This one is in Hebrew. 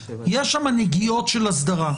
יש שם נגיעות של אסדרה.